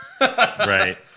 Right